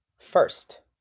first